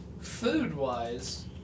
Food-wise